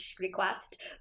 request